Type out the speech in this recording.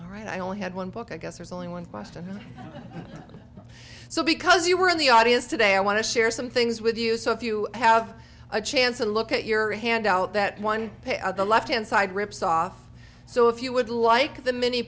all right i only had one book i guess there's only one question so because you were in the audience today i want to share some things with you so if you have a chance to look at your hand out that one of the left hand side rips off so if you would like the m